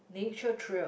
nature trail